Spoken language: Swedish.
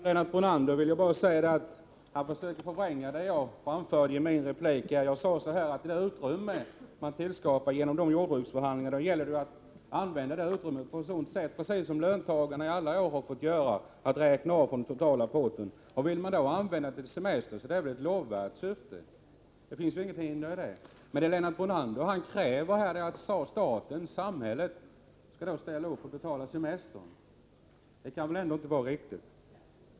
Herr talman! Lennart Brunander försöker förvränga det jag framförde i min replik. Jag sade att det ekonomiska utrymme man skapar genom jordbruksförhandlingarna måste när det utnyttjas — precis som skett för löntagarna under alla år vid deras förhandlingar — räknas av från den totala potten. Vill man då använda pengarna för semester, så är det ett lovvärt syfte. Det finns väl ingenting som hindrar detta. Men Lennart Brunander kräver att staten, samhället, skall ställa upp och betala semestern. Det kan ändå inte vara riktigt.